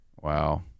Wow